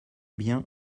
bien